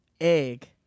egg